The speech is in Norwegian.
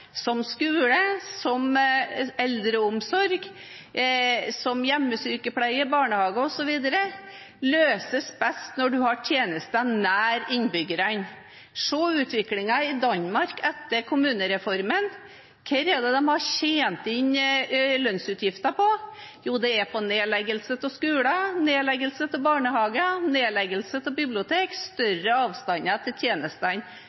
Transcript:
som skole, eldreomsorg, hjemmesykepleie, barnehage osv. løses best når en har tjenestene nær innbyggerne. Se på utviklingen i Danmark etter kommunereformen. Hva er det de har tjent inn lønnsutgifter på? Jo, det er på nedleggelse av skoler, nedleggelse av barnehager, nedleggelse av bibliotek, større avstand til tjenestene